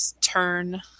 turn